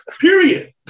period